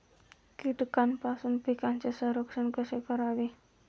कीटकांपासून पिकांचे संरक्षण कसे करावे?